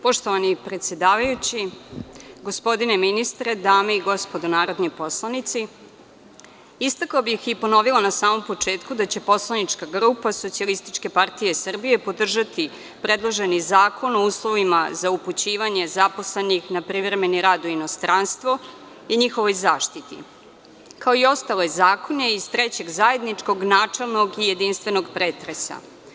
Poštovani predsedavajući, gospodine ministre, dame i gospodo narodni poslanici, istakla bih i ponovila na samom početku da će poslanička grupa SPS podržati predloženi zakon o uslovima za upućivanje zaposlenih na privremeni rad u inostranstvo i njihovoj zaštiti, kao i ostale zakone iz drugog zajedničkog načelnog i jedinstvenog pretresa.